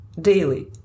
daily